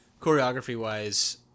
choreography-wise